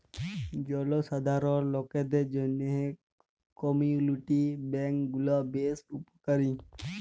জলসাধারল লকদের জ্যনহে কমিউলিটি ব্যাংক গুলা বেশ উপকারী